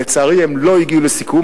לצערי הם לא הגיעו לסיכום,